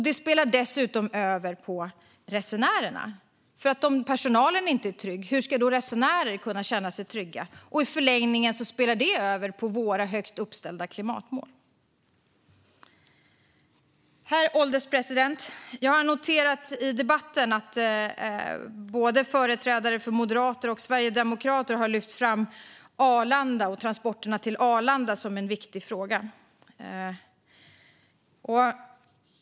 Detta spiller dessutom över på resenärerna. Hur ska resenärer kunna känna sig trygga om personalen inte är trygg? Och i förlängningen spiller det över på våra högt uppställda klimatmål. Herr ålderspresident! Jag har i debatten noterat att både företrädare för Moderaterna och företrädare för Sverigedemokraterna har lyft fram Arlanda och transporterna till Arlanda som en viktig fråga.